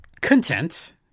content